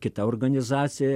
kita organizacija